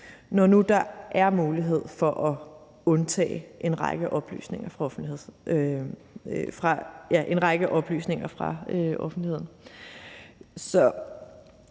når nu der er mulighed for at undtage en række oplysninger fra offentligheden. Så